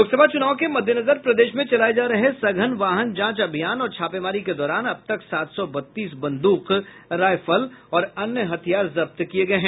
लोकसभा चुनाव के मद्देनजर प्रदेश में चलाये जा रहे सघन वाहन जांच अभियान और छापेमारी के दौरान अब तक सात सौ बत्तीस बंदूक राईफल और अन्य हथियार जब्त किये गये हैं